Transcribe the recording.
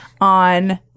on